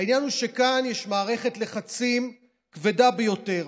העניין הוא שכאן יש מערכת לחצים כבדה ביותר,